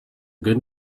good